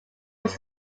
was